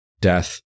death